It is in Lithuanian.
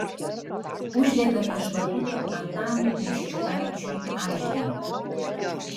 uždegame žvakutę antanui kriščiukaičiui aišbei